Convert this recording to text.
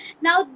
now